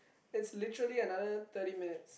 it's literally another thirty minutes